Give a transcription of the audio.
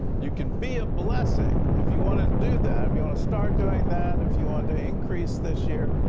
you can be a blessing if you want to do that, um you want to start doing that or you want to increase this year,